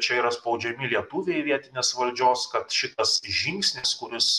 čia yra spaudžiami lietuviai vietinės valdžios kad šitas žingsnis kuris